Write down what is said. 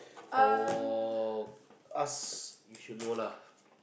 for us you should know lah